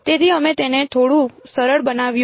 તેથી અમે તેને થોડું સરળ બનાવ્યું